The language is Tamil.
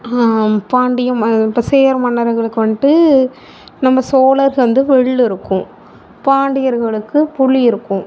பாண்டிய ம இப்போ சேர மன்னர்களுக்கு வந்துட்டு நம்ப சோழர்க்கு வந்து வில் இருக்கும் பாண்டியர்களுக்கு புலி இருக்கும்